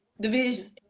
Division